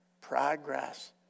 Progress